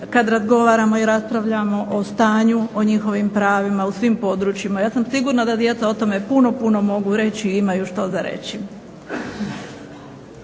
kada razgovaramo i raspravljamo o stanju o njihovim pravima u svim područjima. Ja sam sigurna da djeca o tome puno, puno mogu reći i imaju što za reći.